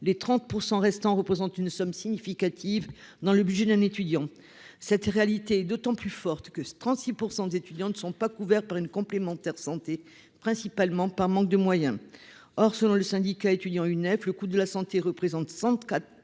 les 30 % restants représentent une somme significative dans le budget d'un étudiant. Cette réalité est d'autant plus forte que 36 % des étudiants ne sont pas couverts par une complémentaire santé, principalement par manque de moyens. Selon l'Union nationale des étudiants de France (Unef), le coût de la santé atteint 134